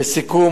לסיכום,